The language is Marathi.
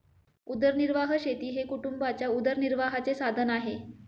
उदरनिर्वाह शेती हे कुटुंबाच्या उदरनिर्वाहाचे साधन आहे